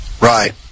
Right